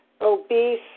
obese